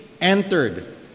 entered